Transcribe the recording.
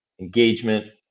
engagement